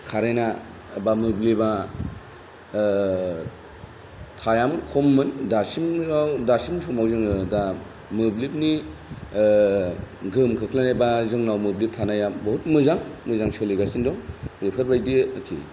कारेन्टा बा मोब्लिबा थायामोन खममोन दासिमाव दासिम समाव जोङो दा मोब्लिबनि गोहोम खोख्लैनाय बा जोंनाव मोब्लिब थानाया बहुद मोजां मोजां सोलिगासिनो दं बेफोरबायदि आरो